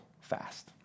fast